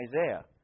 Isaiah